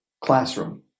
classroom